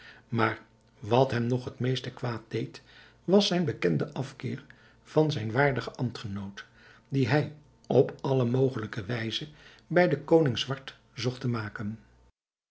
maar wat hem nog het meeste kwaad deed was zijn bekende afkeer van zijn waardigen ambtgenoot dien hij op alle mogelijke wijze bij den koning zwart zocht te maken